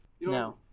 No